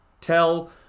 tell